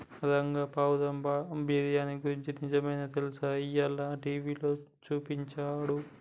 రంగా పావురం బఠానీ గురించి నిజమైనా తెలుసా, ఇయ్యాల టీవీలో సూపించాడు